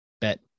Bet